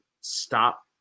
stop